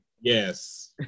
Yes